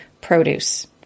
produce